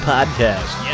Podcast